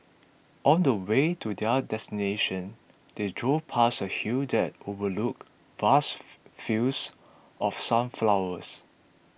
on the way to their destination they drove past a hill that overlooked vast fields of sunflowers